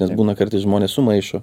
nes būna kartais žmonės sumaišo